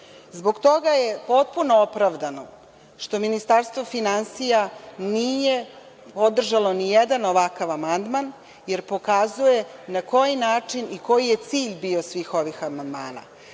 toga je potpuna opravdano što Ministarstvo finansija nije podržalo nijedan ovakav amandman, jer pokazuje na koji način i koji je cilj bio svih ovih amandmana.